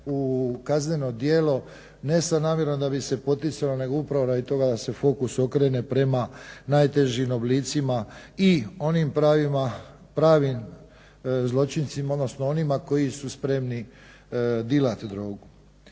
u kazneno djelo, ne sa namjerom da bi se poticalo, nego upravo radi toga se fokus okrene prema najtežim oblicima i onim pravim zločincima, odnosno onima koji su spremni dilati drogu.